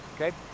okay